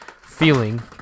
feeling